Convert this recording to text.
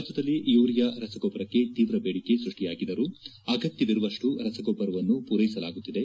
ರಾಜ್ಯದಲ್ಲಿ ಯೂರಿಯಾ ರಸಗೊಬ್ಬರಕ್ಕೆ ತೀವ್ರ ಬೇಡಿಕೆ ಸೃಷ್ಟಿಯಾಗಿದ್ದರೂ ಅಗತ್ಯವಿರುವಷ್ಟು ರಸಗೊಬ್ಬರವನ್ನು ಪೂರೈಸಲಾಗುತ್ತಿದೆ